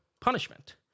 punishment